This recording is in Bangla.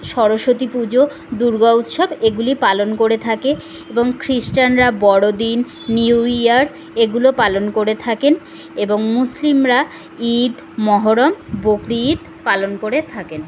সরস্বতী পুজো দুর্গা উৎসব এগুলি পালন করে থাকে এবং খ্রিস্টানরা বড়দিন নিউ ইয়ার এগুলো পালন করে থাকেন এবং মুসলিমরা ঈদ মহরম বকরি ঈদ পালন করে থাকেন